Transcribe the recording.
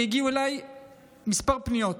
והגיעו אליי כמה פניות,